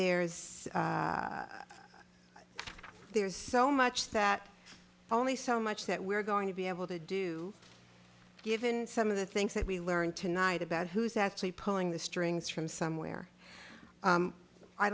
there is there's so much that only so much that we're going to be able to do given some of the things that we learned tonight about who is actually pulling the strings from somewhere